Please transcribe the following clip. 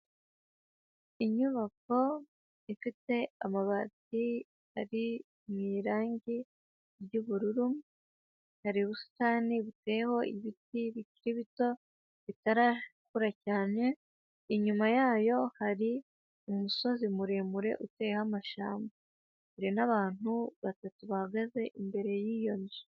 Inyubako ifite amabati ari mu irangi ry'ubururu hari ubusitani buteyeho ibiti bikiri bito bitarakura cyane, inyuma yayo hari umusozi muremure uteye amashyamba, hari n'abantu batatu bahagaze imbere y'iyo nzu.